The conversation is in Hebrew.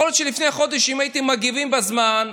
יכול להיות שלפני חודש, אם הייתם מגיבים בזמן,